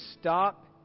stop